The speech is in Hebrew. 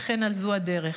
וכן על זו הדרך.